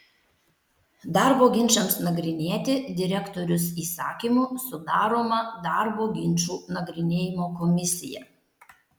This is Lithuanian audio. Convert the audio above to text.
darbo ginčams nagrinėti direktorius įsakymu sudaroma darbo ginčų nagrinėjimo komisija